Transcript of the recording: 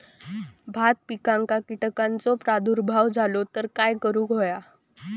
भात पिकांक कीटकांचो प्रादुर्भाव झालो तर काय करूक होया?